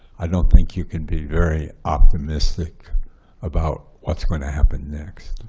i don't think you can be very optimistic about what's going to happen next.